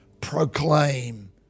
proclaim